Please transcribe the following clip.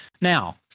Now